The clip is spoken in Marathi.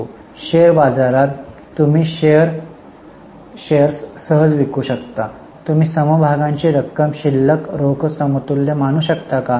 शेअर बाजारात तुम्ही शेअर्स सहज विकू शकता तुम्ही समभागांची रक्कम शिल्लक रोख समतुल्य मानू शकता का